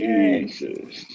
Jesus